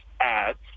ads